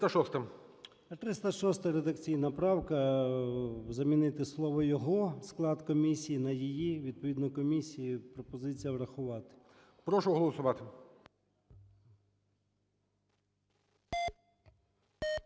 306-а – редакційна правка. Замінити слово "його" (склад комісії) на "її", відповідно комісії. Пропозиція врахувати. ГОЛОВУЮЧИЙ. Прошу голосувати.